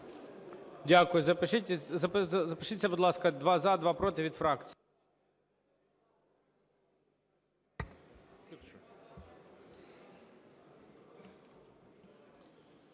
Дякую. Запишіться, будь ласка, два – за, два – проти від фракцій.